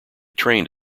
trained